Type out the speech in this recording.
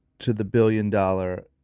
to the billion dollar,